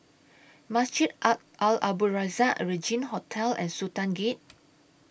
Masjid Al Abdul Razak Regin Hotel and Sultan Gate